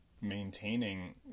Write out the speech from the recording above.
maintaining